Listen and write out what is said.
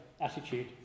attitude